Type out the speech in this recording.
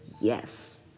yes